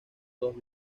dos